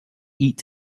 eat